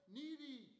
needy